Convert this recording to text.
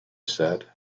said